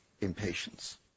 impatience